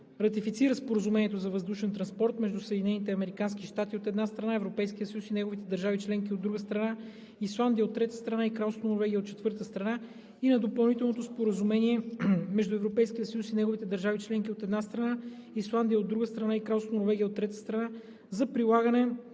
Ратифицира на Споразумението за въздушен транспорт между Съединените американски щати, от една страна, Европейския съюз и неговите държави членки, от друга страна, Исландия, от трета страна, и Кралство Норвегия, от четвърта страна, и на Допълнителното споразумение между Европейския съюз и неговите държави членки, от една страна, Исландия, от друга страна, и Кралство Норвегия, от трета страна, за прилагане